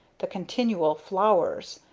the continual flowers,